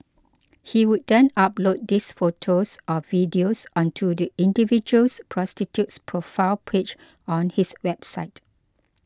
he would then upload these photos or videos onto the individual prostitute's profile page on his website